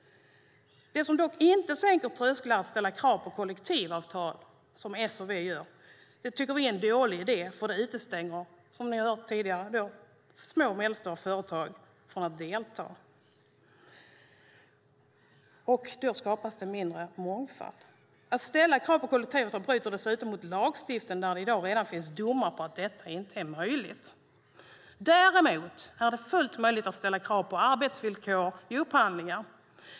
Det som dock inte sänker trösklar är att ställa krav på kollektivavtal, som S och V gör. Det tycker vi är en dålig idé, för det utestänger, som ni har hört tidigare, små och medelstora företag från att delta. Och då blir det mindre mångfald. Att ställa krav på kollektivavtal bryter dessutom mot lagstiftningen, och det finns redan i dag domar på att detta inte är möjligt. Däremot är det fullt möjligt att ställa krav på arbetsvillkor i upphandlingar.